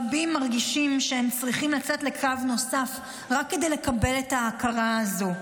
רבים מרגישים שהם צריכים לצאת לקרב נוסף רק כדי לקבל את ההכרה הזו.